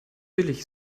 billig